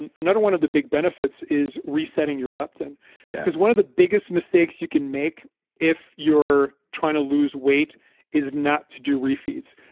and another one of the big benefits is resetting your leptin yeah because one of the biggest mistakes you can make if you're trying to lose weight is not to do re-feeds.